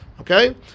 okay